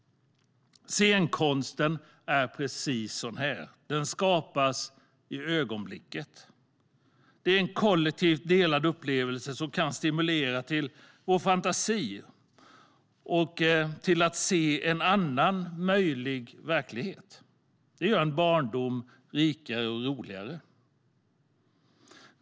Scenkonsten skapas i ögonblicket. Det är en kollektivt delad upplevelse som kan stimulera vår fantasi till att se en annan möjlig verklighet. Det gör en barndom rikare och roligare.